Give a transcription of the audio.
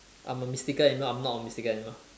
I'm a mystical animal or I'm not a mystical animal